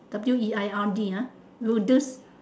W E I R D ah weirdest